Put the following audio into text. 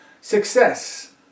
success